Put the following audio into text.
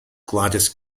gladys